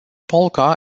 polka